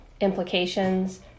implications